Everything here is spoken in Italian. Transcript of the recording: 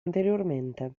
anteriormente